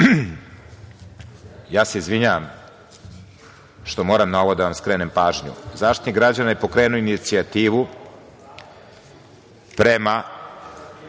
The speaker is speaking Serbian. se što moram na ovo da vam skrenem pažnju. Zaštitnik građana je pokrenuo inicijativu prema